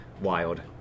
wild